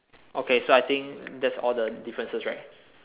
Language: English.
okay so I think that's all the differences right